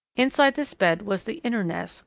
inside this bed was the inner nest,